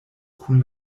kun